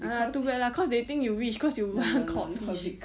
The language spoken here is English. ah too bad lah cause they think you rich cause you confirm rich